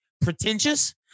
pretentious